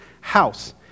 house